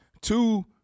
two